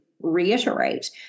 reiterate